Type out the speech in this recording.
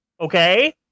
Okay